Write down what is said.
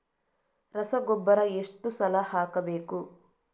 ರಸಗೊಬ್ಬರ ಎಷ್ಟು ಸಲ ಹಾಕಬೇಕು?